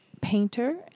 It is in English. painter